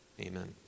Amen